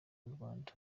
rwanda